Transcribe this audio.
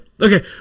Okay